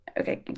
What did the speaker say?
Okay